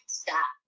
stop